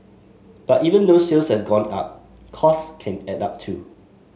but even though sales have gone up costs can add up too